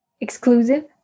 exclusive